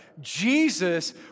Jesus